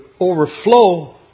overflow